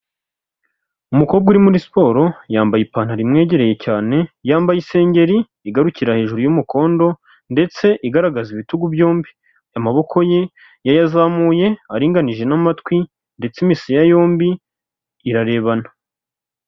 Umukobwa uri muri siporo yambaye ipantaro imwegereye cyane, yambaye isengeri igarukira hejuru y'umukondo ndetse igaragaza ibitugu byombi, amaboko ye yayazamuye aringanije n'amatwi ndetse imisaya yombi irarebana.